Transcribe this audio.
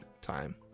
time